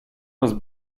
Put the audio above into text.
was